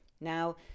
Now